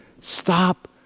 stop